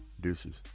Deuces